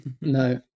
No